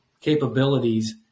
capabilities